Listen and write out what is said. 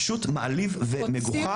פשוט מעליב ומגוחך,